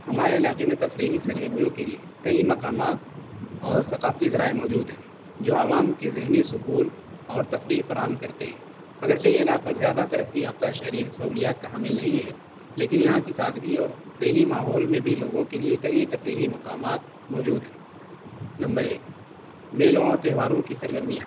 ہمارے علاقے میں تفریحی سرگرمیوں کے لیے کئی مقامات اور ثقافتی ذرائع موجود ہیں جو عوام کی ذہنی سکون اور تفریح فراہم کرتے ہیں اگرچہ یہ علاقہ زیادہ ترقی یافتہ شہری سہولیات کا حامل نہیں ہے لیکن یہاں کی سادگی اور دیہی ماحول میں بھی لوگوں کے لیے کئی تفریحی مقامات موجود ہیں نمبر ایک میلوں اور تہواروں کی سرگرمیاں